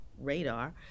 radar